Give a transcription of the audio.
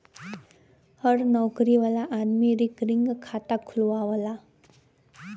हर नउकरी वाला आदमी रिकरींग खाता खुलवावला